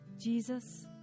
Jesus